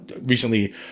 recently